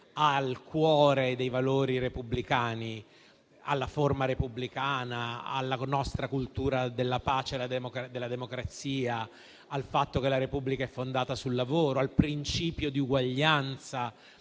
al cuore dei valori repubblicani, alla forma repubblicana, alla nostra cultura della pace, della democrazia, al fatto che la Repubblica è fondata sul lavoro, al principio di uguaglianza,